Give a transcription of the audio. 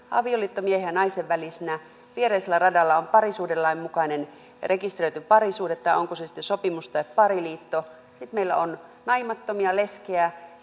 avioliitto miehen ja naisen välisenä viereisellä radalla on parisuhdelain mukainen rekisteröity parisuhde tai onko se sitten sopimus tai pariliitto sitten meillä on naimattomia leskiä